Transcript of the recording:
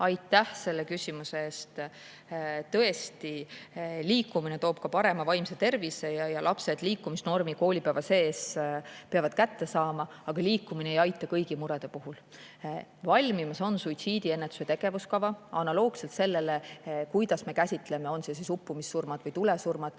Aitäh selle küsimuse eest! Tõesti, liikumine toob parema vaimse tervise ja lapsed liikumisnormi koolipäeva sees peavad kätte saama, aga liikumine ei aita kõigi murede puhul. Valmimas on suitsiidiennetuse tegevuskava, analoogselt sellega, kuidas me käsitleme uppumissurmasid või tulesurmasid.